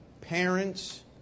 parents